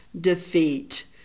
defeat